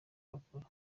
akore